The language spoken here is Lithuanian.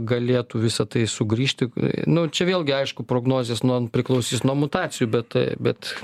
galėtų visa tai sugrįžti nu čia vėlgi aišku prognozės nuo priklausys nuo mutacijų bet bet